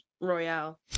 Royale